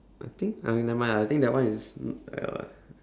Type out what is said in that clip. I think !aiya! never mind lah I think that one is mm